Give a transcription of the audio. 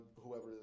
whoever